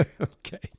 Okay